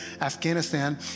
Afghanistan